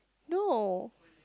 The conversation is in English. no